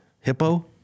Hippo